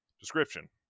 Description